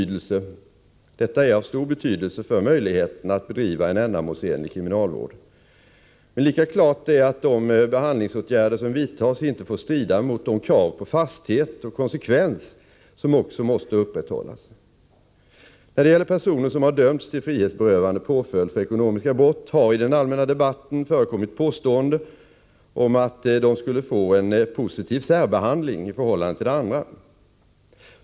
Detta är av stor betydelse för möjligheterna att bedriva en ändamålsenlig kriminalvård. Men lika klart är att de behandlingsåtgärder som vidtas inte får strida mot de krav på fasthet och konsekvens som också måste upprätthållas. När det gäller personer som har dömts till frihetsberövande påföljd för ekonomiska brott, har i den allmänna debatten förekommit påståenden om att de skulle få en positiv särbehandling i förhållande till andra.